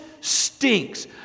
stinks